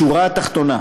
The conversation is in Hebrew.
בשורה התחתונה,